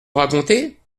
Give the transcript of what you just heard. raconter